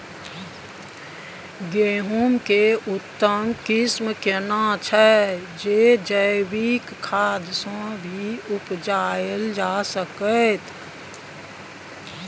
गेहूं के उत्तम किस्म केना छैय जे जैविक खाद से भी उपजायल जा सकते?